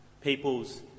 people's